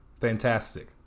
fantastic